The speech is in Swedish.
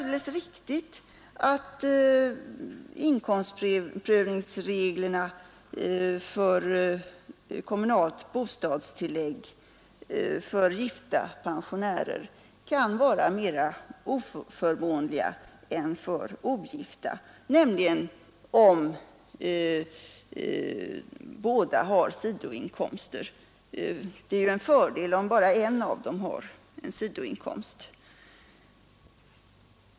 Det ä att inkomstprövningsreglerna för kommunalt bostadstillägg för gifta pensionärer kan vara mindre förmånliga än för ogifta, nämligen om båda har sidoinkomster. Däremot ger de fördelar för gifta, om bara en av makarna har en sidoinkomst.